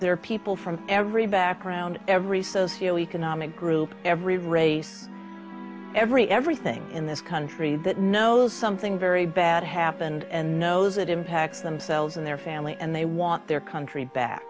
there are people from every background every socio economic group every race every everything in this country that knows something very bad happened and knows it impacts themselves and their family and they want their country back